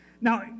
Now